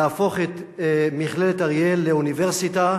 להפוך את מכללת אריאל לאוניברסיטה.